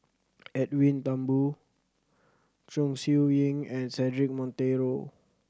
Edwin Thumboo Chong Siew Ying and Cedric Monteiro